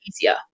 easier